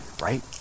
right